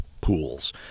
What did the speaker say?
pools